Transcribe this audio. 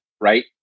right